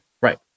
Right